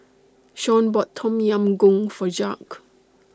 Shaun bought Tom Yam Goong For Jacques